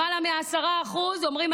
למעלה מ-10% אומרים,